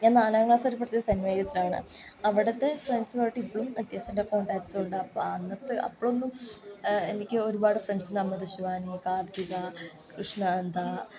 ഞാൻ നാലാം ക്ലാസ് വരെ പഠിച്ചത് സെയ്ൻറ്റ് മേരീസ് ആണ് അവിടുത്തെ ഫ്രണ്ട്സിനെ ആയിട്ട് ഇപ്പോഴും അത്യാവശ്യം കോൺടാക്ട് ഉണ്ട് അപ്പോൾ അന്നത്തെ അപ്പോഴൊന്നും എനിക്ക് ഒരുപാട് ഫ്രണ്ട്സ് ഉണ്ട് ഇപ്പോൾ ശിവാനി കാർത്തിക കൃഷ്ണാനന്ദ